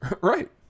right